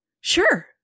Sure